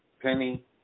Penny